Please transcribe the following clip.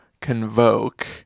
Convoke